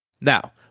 Now